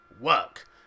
work